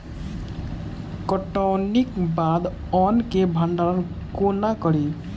कटौनीक बाद अन्न केँ भंडारण कोना करी?